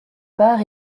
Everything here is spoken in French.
part